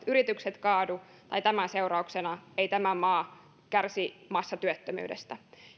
yritykset kaadu tai tämän seurauksena ei tämä maa kärsi massatyöttömyydestä